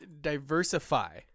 Diversify